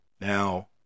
Now